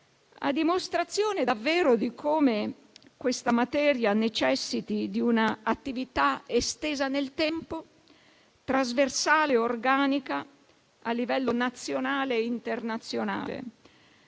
a dimostrazione davvero di come questa materia necessiti di una attività estesa nel tempo, trasversale e organica, a livello nazionale e internazionale.